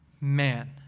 Man